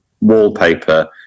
wallpaper